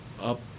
up